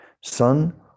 Son